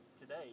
today